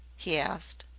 he asked.